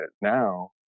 now